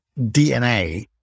DNA